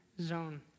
zone